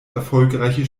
erfolgreiche